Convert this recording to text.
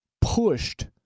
pushed